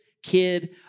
Kid